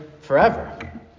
forever